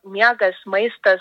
miegas maistas